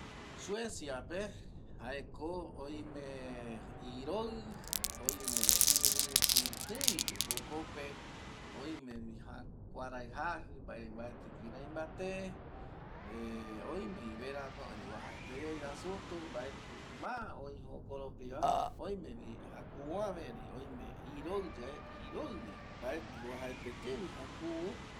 Suecia pe jaeko oime iroi oime ivïti ye vi jokope oime vi kuarai jaji mbaeti kirei mbate ˂hesitation˃ oime vi verano erei uajaete ye yasutu oime iroi ye iroi vimbaeti uajaete ye vi jakuvo